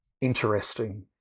interesting